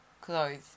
clothes